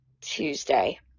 Tuesday